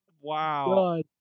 Wow